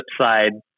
Flipside